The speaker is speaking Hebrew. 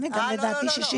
לא, לא, לא.